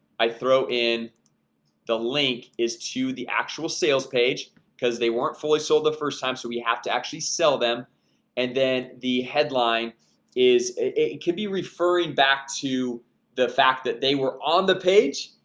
i throw in the link is to the actual sales page because they weren't fully sold the first time so we have to actually sell them and then the headline is it could be referring back to the fact that they were on the page,